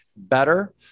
better